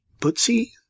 Butsy